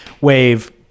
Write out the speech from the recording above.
wave